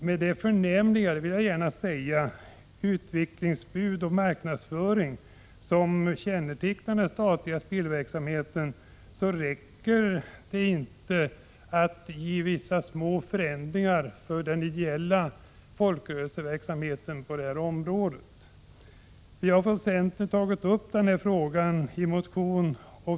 Med den — det vill jag gärna säga — förnämliga utveckling och marknadsföring som kännetecknar den statliga spelverksamheten räcker det inte att göra vissa små förändringar för den ideella folkrörelseverksamheten på detta område. Vi har från centern tagit upp denna fråga i en motion.